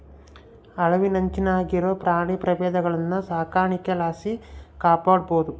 ಅಳಿವಿನಂಚಿನಾಗಿರೋ ಪ್ರಾಣಿ ಪ್ರಭೇದಗುಳ್ನ ಸಾಕಾಣಿಕೆ ಲಾಸಿ ಕಾಪಾಡ್ಬೋದು